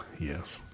yes